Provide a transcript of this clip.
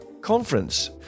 conference